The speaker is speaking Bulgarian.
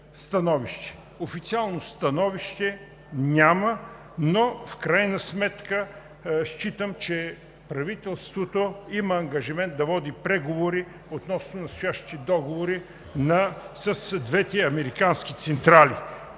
становище? Официално становище няма, но в крайна сметка считам, че правителството има ангажимент да води преговори относно настоящите договори с двете американски централи.